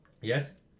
Yes